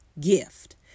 gift